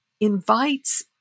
Invites